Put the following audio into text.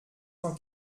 cent